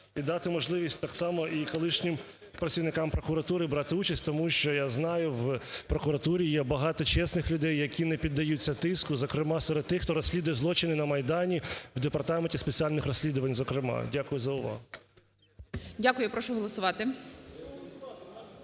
дати можливість так само і колишнім працівникам прокуратури брати участь. Тому що, я знаю, в прокуратурі є багато чесних людей, які не піддаються тиску, зокрема, серед тих, хто розслідує злочини на Майдані в департаменті спеціальних розслідувань зокрема. Дякую за увагу. ГОЛОВУЮЧИЙ. Дякую. Я прошу голосувати.